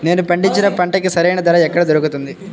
నేను పండించిన పంటకి సరైన ధర ఎక్కడ దొరుకుతుంది?